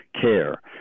care